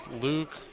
Luke